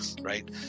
right